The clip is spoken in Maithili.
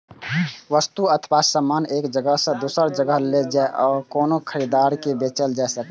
वस्तु अथवा सामान एक जगह सं दोसर जगह लए जाए आ कोनो खरीदार के बेचल जा सकै